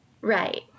Right